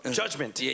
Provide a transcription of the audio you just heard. judgment